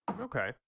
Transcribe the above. Okay